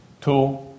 Two